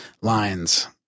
lines